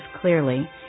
clearly